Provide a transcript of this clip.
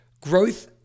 growth